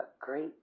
great